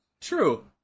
true